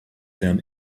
them